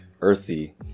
earthy